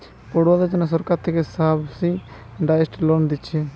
পড়ুয়াদের জন্যে সরকার থিকে সাবসিডাইস্ড লোন দিচ্ছে